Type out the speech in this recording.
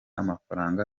amafaranga